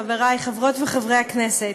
חברי חברות וחברי הכנסת,